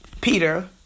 Peter